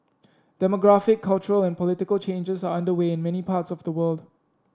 demographic cultural and political changes are underway in many parts of the world